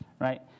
right